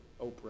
Oprah